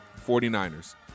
49ers